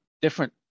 different